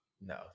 no